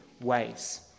ways